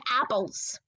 apples